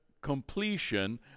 completion